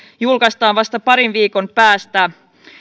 julkaistaan vasta parin viikon päästä